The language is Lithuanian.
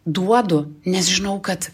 duodu nes žinau kad